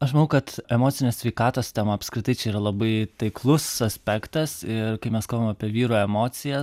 aš manau kad emocinės sveikatos tema apskritai čia yra labai taiklus aspektas ir kai mes kalbam apie vyrų emocijas